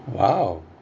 !wow!